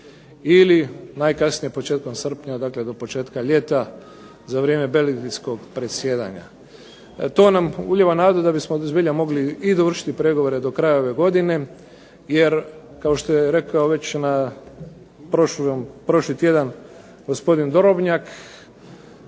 ili najkasnije početkom srpnja, dakle do početka ljeta za vrijeme belgijskog predsjedanja. To nam ulijeva nadu da bismo zbilja mogli i dovršiti pregovore do kraja ove godine. Jer kao što je rekao već na prošli tjedan gospodin Drobnjak